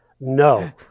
No